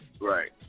Right